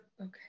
okay